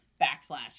backslash